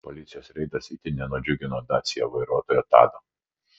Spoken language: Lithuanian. policijos reidas itin nenudžiugino dacia vairuotojo tado